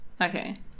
Okay